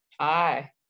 Hi